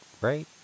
right